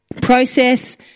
process